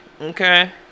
Okay